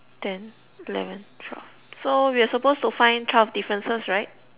ten eleven twelve so we're supposed to find twelve differences right